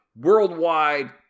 worldwide